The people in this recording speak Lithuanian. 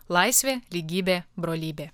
laisvė lygybė brolybė